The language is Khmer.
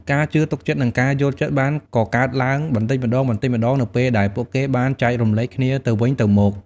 ការជឿទុកចិត្តនិងការយល់ចិត្តបានកកើតឡើងបន្តិចម្តងៗនៅពេលដែលពួកគេបានចែករំលែកគ្នាទៅវិញទៅមក។